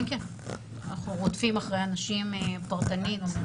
אנחנו רודפים אחרי אנשים באופן פרטני.